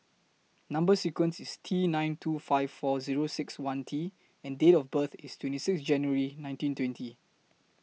Number sequence IS T nine two five four Zero six one T and Date of birth IS twenty six January nineteen twenty